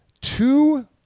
two